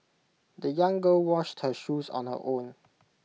the young girl washed her shoes on her own